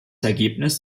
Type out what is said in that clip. ergebnis